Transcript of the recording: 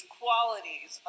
qualities